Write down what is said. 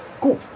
cool